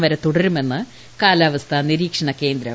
വരെ തുടരുമെന്ന് കാലാവസ്ഥാ നിരീക്ഷണ കേന്ദ്രം